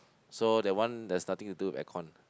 so that one there's nothing to do with air con